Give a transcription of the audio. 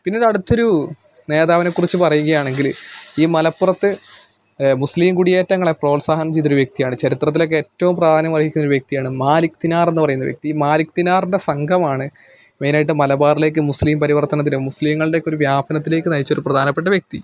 പിന്നീട് അടുത്തൊരു നേതാവിനെക്കുറിച്ച് പറയുകയാണെങ്കിൽ ഈ മലപ്പുറത്ത് മുസ്ലിം കുടിയേറ്റങ്ങളെ പ്രോത്സാഹനം ചെയ്തൊരു വ്യക്തിയാണ് ചരിത്രത്തിലൊക്കെ ഏറ്റവും പ്രാധാന്യം വഹിക്കുന്നൊരു വ്യക്തിയാണ് മാലിക് തിനാര് എന്ന് പറയുന്ന വ്യക്തി ഈ മാലിക് തിനാറിന്റെ സംഘമാണ് മെയിൻ ആയിട്ട് മലബാറിലേക്ക് മുസ്ലിം പരിവര്ത്തനത്തിന്റെ മുസ്ലിങ്ങളുടെ ഒക്കെ ഒരു വ്യാപനത്തിലേക്ക് നയിച്ച ഒരു പ്രധാനപ്പെട്ട വ്യക്തി